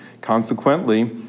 Consequently